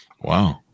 Wow